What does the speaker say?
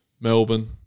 Melbourne